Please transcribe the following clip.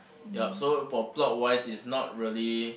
yup so for plot wise is not really